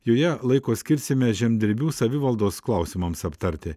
joje laiko skirsime žemdirbių savivaldos klausimams aptarti